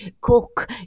cook